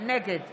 נגד